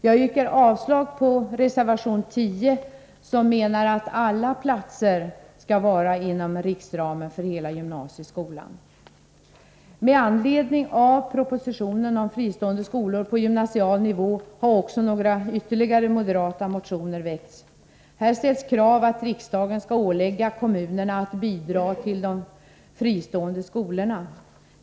Jag yrkar avslag på reservation 10, som menar att alla platser skall vara inom riksramen för hela gymnasieskolan. Med anledning av propositionen om ”Fristående skolor på gymnasial nivå” har också några ytterligare moderata motioner väckts. Här ställs krav att riksdagen skall ålägga kommunerna att bidra till de fristående skolorna.